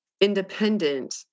independent